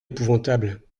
épouvantable